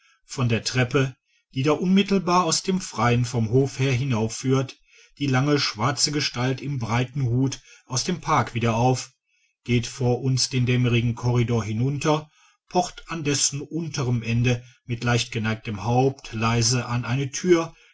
von der treppe die da unmittelbar aus dem freien vom hof her hinaufführt die lange schwarze gestalt im breiten hut aus dem park wieder auf geht vor uns den dämmrigen korridor hinunter pocht an dessen unterem ende mit leicht geneigtem haupt leise an eine türe